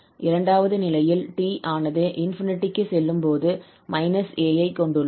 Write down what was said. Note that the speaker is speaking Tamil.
இரண்டாவது நிலையில் t ஆனது ∞ க்கு செல்லும் போது −𝑎 ஐ கொண்டுள்ளோம்